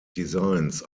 designs